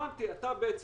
משה ברקת, אתה אומר